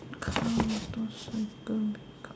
car Mentos make up